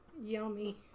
yummy